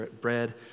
bread